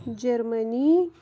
Germany